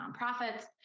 nonprofits